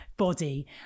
body